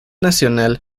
nacional